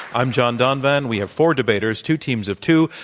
i'm john donvan. we have four debaters, two teams of two,